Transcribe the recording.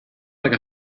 like